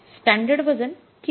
standard वजन किती आहे